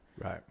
Right